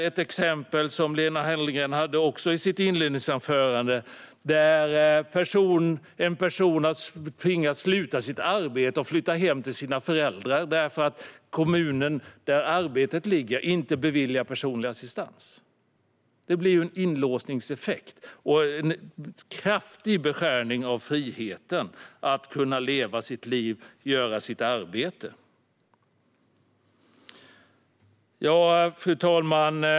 Ett exempel som Lena Hallengren tog upp i sitt inledningsanförande är att en person har tvingats sluta sitt arbete och flytta hem till sina föräldrar därför att kommunen där arbetet ligger inte beviljar personlig assistans. Det blir ju en inlåsningseffekt och en kraftig beskärning av friheten att kunna leva sitt liv och göra sitt arbete. Fru talman!